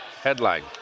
Headline